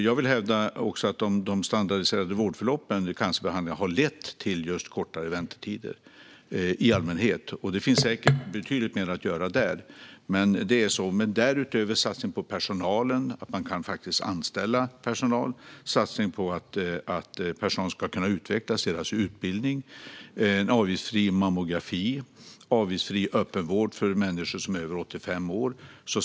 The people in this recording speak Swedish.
Jag vill hävda att de standardiserade vårdförloppen i cancerbehandlingen har lett till kortare väntetider i allmänhet, även om det säkert finns betydligt mer att göra där. Därutöver har vi satsningen på personalen - på att man faktiskt kan anställa personal - samt satsningen på att personalen ska kunna utvecklas och på deras utbildning. Vidare har vi en avgiftsfri mammografi och avgiftsfri öppenvård för människor som är över 85 år.